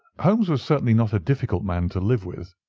holmes was certainly not a difficult man to live with.